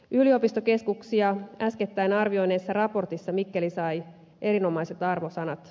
yliopistokeskuksia äskettäin arvioineessa raportissa mikkeli sai erinomaiset arvosanat